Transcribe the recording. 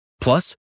Plus